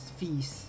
fees